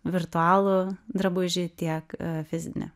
virtualų drabužį tiek fizinį